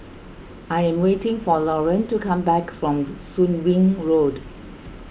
I am waiting for Loren to come back from Soon Wing Road